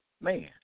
man